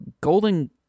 Golden